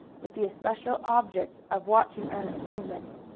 with the especial object of watching ernest's movements.